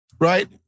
right